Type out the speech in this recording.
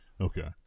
Okay